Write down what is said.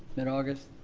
mid august.